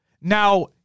Now